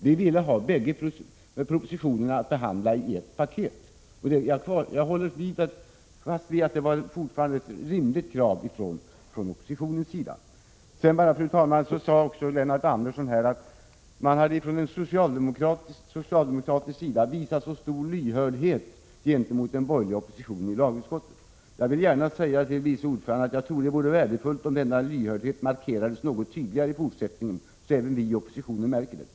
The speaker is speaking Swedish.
Vi ville ha bägge propositionerna att behandla i ett och samma paket, och jag håller fast vid att det var ett rimligt krav från oppositionens sida. Lennart Andersson sade också att man från socialdemokratisk sida hade visat stor lyhördhet gentemot den borgerliga oppositionen i lagutskottet. Jag vill gärna säga till vice ordföranden att jag tror det vore värdefullt om denna lyhördhet i fortsättningen markerades något tydligare, så att även vi i oppositionen märker den.